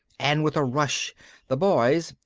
and with a rush the boys,